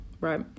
right